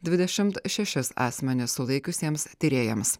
dvidešimt šešis asmenis sulaikiusiems tyrėjams